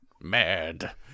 Mad